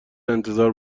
انتظار